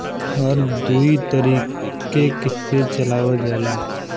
हर दुई तरीके से चलावल जाला